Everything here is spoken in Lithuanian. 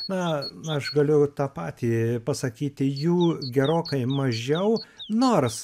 na na aš galiu tą patį pasakyti jų gerokai mažiau nors